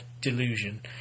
delusion